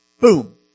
boom